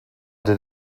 did